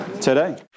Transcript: today